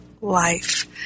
life